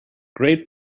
great